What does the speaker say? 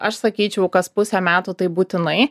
aš sakyčiau kas pusę metų tai būtinai